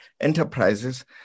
enterprises